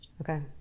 okay